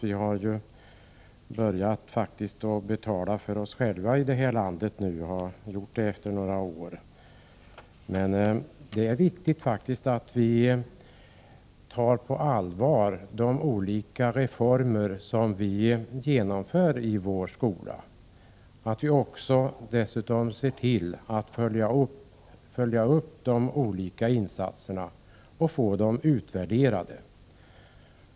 Vi har ju faktiskt, efter att under några år ha levt på lån, börjat betala för oss själva här i landet. Det är riktigt att vi tar de reformer som vi genomför i vår skola på allvar. Vi ser dessutom till att följa upp de olika insatserna och få dem utvärderade.